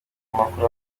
amakuru